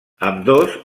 ambdós